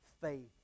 faith